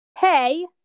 Hey